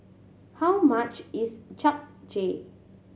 how much is Japchae